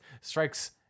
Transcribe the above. strikes